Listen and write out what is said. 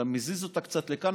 אתה מזיז אותה קצת לכאן,